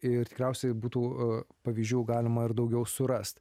ir tikriausiai būtų pavyzdžių galima ir daugiau surast